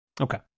Okay